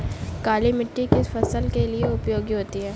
काली मिट्टी किस फसल के लिए उपयोगी होती है?